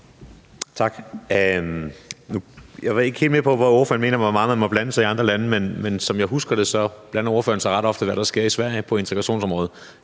Tak. Jeg var ikke helt med på, hvor meget ordføreren mener man må blande sig i andre lande, men som jeg husker det, har ordføreren ret ofte blandet sig i, hvad der sker i Sverige på integrationsområdet,